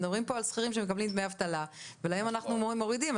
מדברים פה על שכירים שמקבלים דמי אבטלה ולהם אנחנו מורידים.